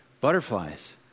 butterflies